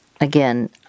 Again